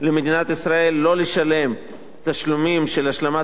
למדינת ישראל לא לשלם תשלומים של השלמת